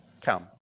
Come